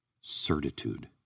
Certitude